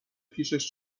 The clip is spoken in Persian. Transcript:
پیشش